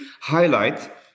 highlight